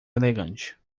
elegante